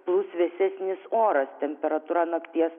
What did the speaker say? plūs vėsesnis oras temperatūra nakties